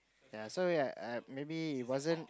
ya so we had maybe it wasn't